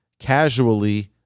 Casually